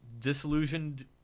disillusioned